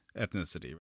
ethnicity